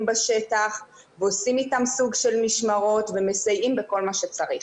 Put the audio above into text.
בשטח ועושים איתם סוג של משמרות ומסייעים בכל מה שצריך.